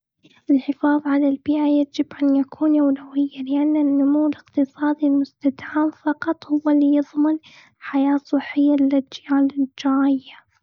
الحفاظ على البيئة، يجب أن يكون أولوياً. لأن النمو الإقتصادي المستدام فقط، هو اللي يضمن حياة صحية للأجيال الجاية.